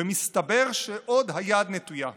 ומסתבר שהיד עוד נטויה.